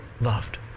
loved